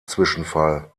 zwischenfall